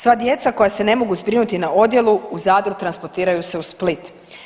Sva djeca koja se ne mogu zbrinuti na odjelu u Zadru transportiraju se u Split.